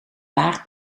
waar